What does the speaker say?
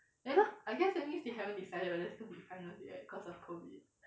!huh!